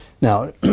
Now